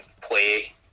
play